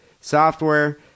software